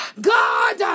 God